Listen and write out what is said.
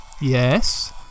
yes